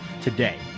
today